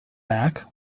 back